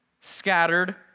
scattered